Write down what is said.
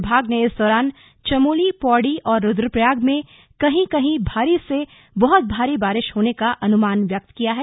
विभाग ने इस दौरान चमोली पौड़ी और रुद्रप्रयाग में कहीं कहीं भारी से बहुत भारी बारिश होने का अनुमान व्यक्त किया है